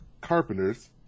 Carpenter's